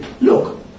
Look